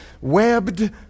webbed